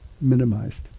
minimized